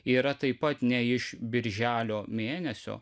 yra taip pat ne iš birželio mėnesio